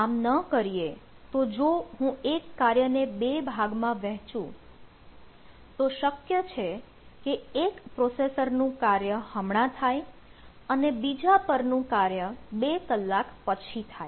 આમ ન કરીએ તો જો હું એક કાર્ય ને બે ભાગમાં વહેંચું તો શક્ય છે કે એક પ્રોસેસર પર નું કાર્ય હમણાં થાય અને બીજા પર નું કાર્ય બે કલાક પછી થાય